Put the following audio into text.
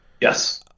Yes